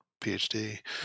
PhD